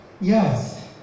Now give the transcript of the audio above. Yes